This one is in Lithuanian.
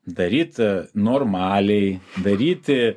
daryt normaliai daryti